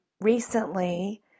Recently